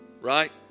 right